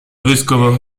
vescovo